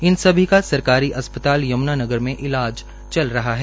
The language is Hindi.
इन सभी का सरकारी अस्पताल यमुनानगर में इलाज चल रहा है